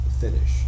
finish